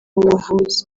buvuzi